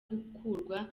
gukurwa